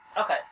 Okay